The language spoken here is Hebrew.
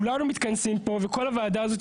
כולנו מתכנסים פה וכל הוועדה הזאת,